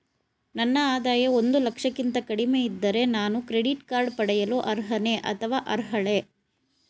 ನನ್ನ ಆದಾಯ ಒಂದು ಲಕ್ಷಕ್ಕಿಂತ ಕಡಿಮೆ ಇದ್ದರೆ ನಾನು ಕ್ರೆಡಿಟ್ ಕಾರ್ಡ್ ಪಡೆಯಲು ಅರ್ಹನೇ ಅಥವಾ ಅರ್ಹಳೆ?